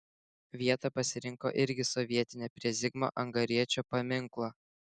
vietą pasirinko irgi sovietinę prie zigmo angariečio paminklo